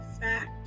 fact